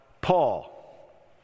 Paul